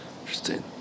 Interesting